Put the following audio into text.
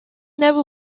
never